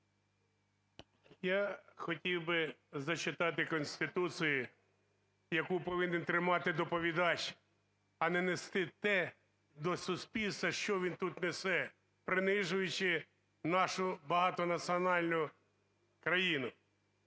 Я хотів би зачитати Конституцію, яку повинен тримати доповідач, а не нести те до суспільства, що він тут несе, принижуючи нашу багатонаціональну країну!